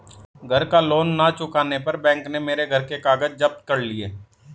घर का लोन ना चुकाने पर बैंक ने मेरे घर के कागज जप्त कर लिए